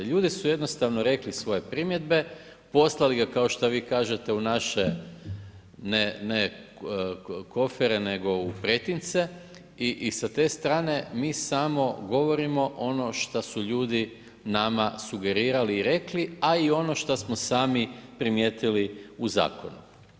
Ljudi su jednostavno rekli svoje primjedbe, poslali kao što vi kažete u naše ne kofere nego u pretince i sa te strane mi samo govorimo ono šta su ljudi nama sugerirali i rekli a i ono šta smo sami primijetili u zakonu.